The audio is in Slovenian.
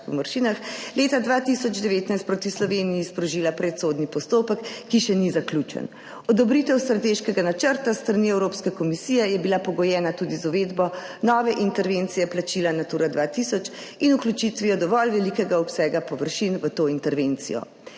leta 2019 proti Sloveniji sprožila predsodni postopek, ki še ni zaključen. Odobritev strateškega načrta s strani Evropske komisije je bila pogojena tudi z uvedbo nove intervencije plačila Natura 2000 in vključitvijo dovolj velikega obsega površin v to intervencijo.